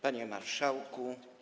Panie Marszałku!